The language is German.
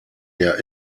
der